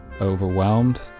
overwhelmed